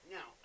Now